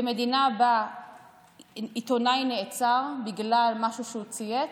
במדינה שבה עיתונאי נעצר בגלל משהו שהוא צייץ,